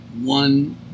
one